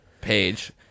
page